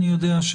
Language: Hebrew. אני יודע,